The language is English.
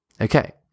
Okay